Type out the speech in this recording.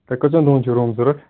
تۄہہِ کٔژن دۄہن چھُو روٗم ضوٚرَتھ